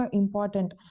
important